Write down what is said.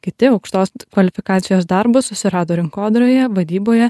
kiti aukštos kvalifikacijos darbus susirado rinkodaroje vadyboje